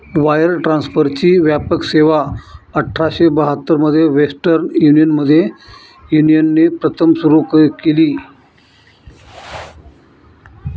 wire ट्रान्सफरची व्यापक सेवाआठराशे बहात्तर मध्ये वेस्टर्न युनियनने प्रथम सुरू केली